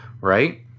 right